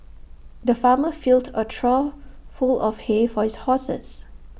the farmer filled A trough full of hay for his horses